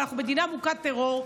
אבל אנחנו מדינה מוכת טרור,